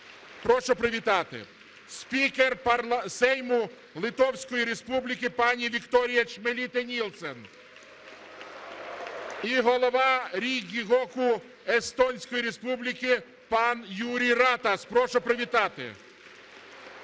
Прошу привітати. Спікер Сейму Литовської Республіки пані Вікторія Чмілітє-Нільсен. І голова Рійгікогу Естонської Республіки пан Юрі Ратас. Прошу привітати.